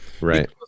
Right